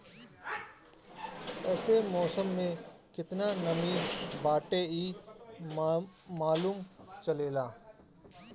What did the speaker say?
एसे मौसम में केतना नमी बाटे इ मालूम चलेला